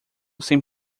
sem